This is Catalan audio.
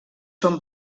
són